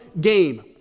game